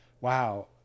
wow